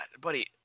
buddy